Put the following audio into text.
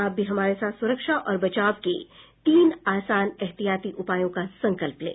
आप भी हमारे साथ सुरक्षा और बचाव के तीन आसान एहतियाती उपायों का संकल्प लें